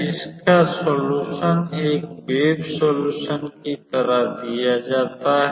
इसका सॉल्यूशन एक wave solution की तरह दिया जाता है